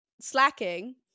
slacking